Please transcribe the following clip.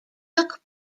took